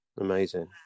Amazing